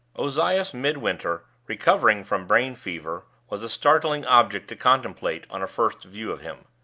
ozias midwinter, recovering from brain-fever, was a startling object to contemplate on a first view of him.